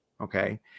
Okay